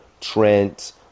Trent